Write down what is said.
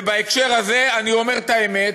ובהקשר הזה, אני אומר את האמת: